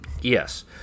Yes